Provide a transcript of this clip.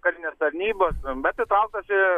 karinės tarnybos bet įtrauktas į